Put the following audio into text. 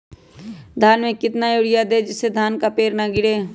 धान में कितना यूरिया दे जिससे धान का पेड़ ना गिरे?